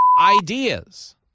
Ideas